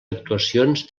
actuacions